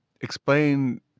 explain